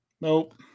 Nope